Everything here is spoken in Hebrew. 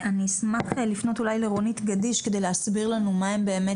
אשמח לפנות לרונית גדיש שתסביר לנו מה הם באמת